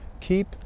keep